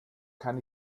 kann